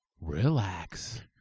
relax